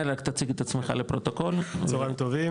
צוהריים טובים,